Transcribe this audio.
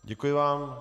Děkuji vám.